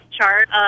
chart